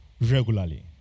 regularly